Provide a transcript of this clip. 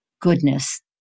goodness